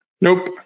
Nope